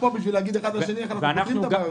כדי להגיד זה לזה איך אנחנו פותרים את הבעיות.